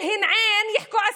(חוזרת על המשפט בערבית.)